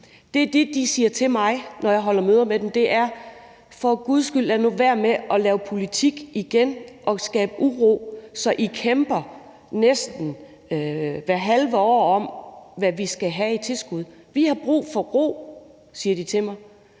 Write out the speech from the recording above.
Det, de siger til mig, når jeg holder møder med dem, er: Lad nu for guds skyld være med at lave politik igen og skabe uro, så I næsten hvert halve år kæmper om, hvad vi skal have i tilskud. Vi har brug for ro, siger de til mig.